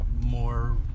more